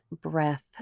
breath